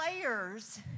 players